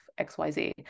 xyz